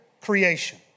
creation